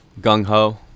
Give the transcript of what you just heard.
gung-ho